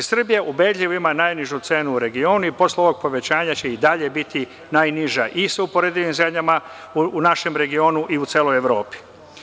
Srbija ubedljivo ima najnižu cenu u regionu i posle ovog povećanja će i dalje biti najniža i sa uporedivim zemljama u našem regionu i celoj Evropi.